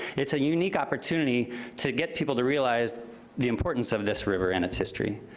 it's a unique opportunity to get people to realize the importance of this river and its history.